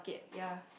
yea